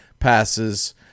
passes